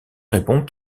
répond